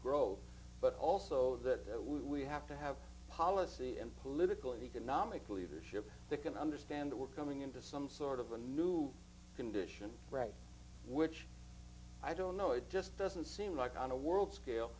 grow but also that we have to have policy and political and economic leadership that can understand we're coming into some sort of a new condition right which i don't know it just doesn't seem like on a world scale